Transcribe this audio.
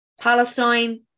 Palestine